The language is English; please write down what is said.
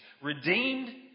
Redeemed